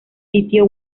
sitio